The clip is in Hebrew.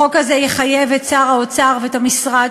החוק הזה יחייב את שר האוצר ואת המשרד